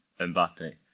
Mbappe